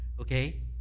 okay